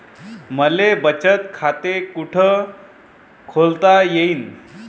मले बचत खाते कुठ खोलता येईन?